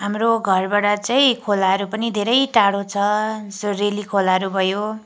हाम्रो घरबाट चाहिँ खोलाहरू पनि धेरै टाढो छ जस्तो रेली खोलाहरू भयो